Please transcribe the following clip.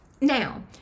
Now